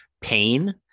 pain